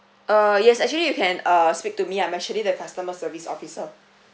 uh yes actually you can uh speak to me I'm actually the customer service officer